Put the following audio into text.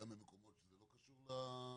גם במקומות שלא קשורים ל...